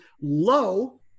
low